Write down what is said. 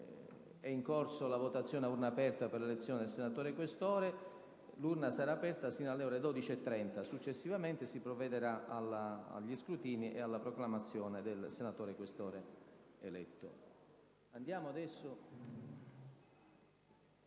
è in corso la votazione a urne aperte per l'elezione del senatore Questore. Le urne resteranno aperte sino alle ore 12,30; successivamente si provvederà allo scrutinio e alla proclamazione del senatore Questore eletto. **Programma